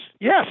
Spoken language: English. Yes